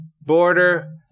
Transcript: border